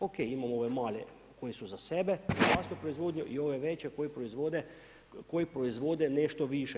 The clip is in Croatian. OK, imamo ove male, oni su za sebe, vlastitu proizvodnju i ove veće koji proizvode nešto više.